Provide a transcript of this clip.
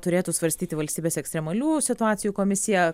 turėtų svarstyti valstybės ekstremalių situacijų komisija